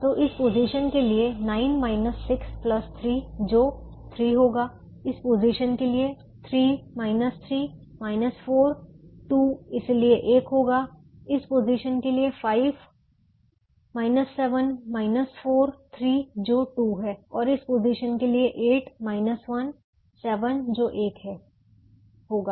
तो इस पोजीशन के लिए 9 6 0 जो 3 होगा इस पोजीशन के लिए 3 6 4 2 इसलिए 1 होगा इस पोजीशन के लिए 5 7 4 3 जो 2 है और इस पोजीशन के लिए 8 1 7 जो 1 है होगा